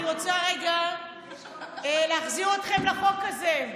אני רוצה רגע להחזיר אתכם לחוק הזה.